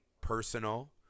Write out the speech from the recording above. personal